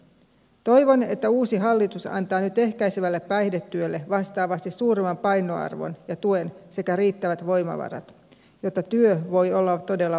toivon että uusi hallitus antaa nyt ehkäisevälle päihdetyölle vastaavasti suuremman painoarvon ja tuen sekä riittävät voimavarat jotta työ voi olla todella vaikuttavaa